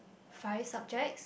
five subjects